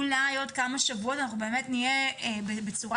אולי עוד כמה שבועות באמת נרגיש בטוחים